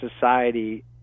society